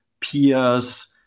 peers